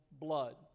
blood